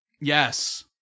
Yes